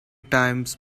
times